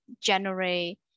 generate